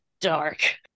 dark